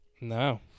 No